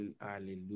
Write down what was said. hallelujah